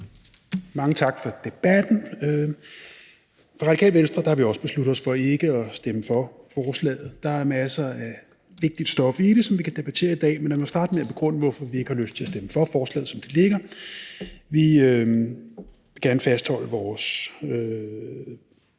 Mange tak for debatten. Fra Radikale Venstres side har vi også besluttet os for ikke at stemme for forslaget. Der er masser af vigtigt stof i det, som vi kan debattere i dag, men lad mig starte med at begrunde, hvorfor vi ikke har lyst til at stemme for lovforslaget, som det foreligger. Vi vil gerne fastholde vores